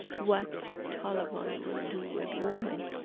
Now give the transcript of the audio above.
what taliban will do with women.